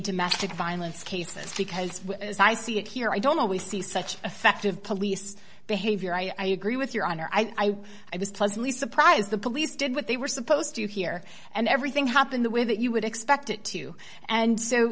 domestic violence cases because as i see it here i don't always see such effective police behavior i agree with your honor i i was pleasantly surprised the police did what they were supposed to hear and everything happened the way that you would expect it to and so